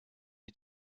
die